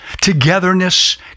togetherness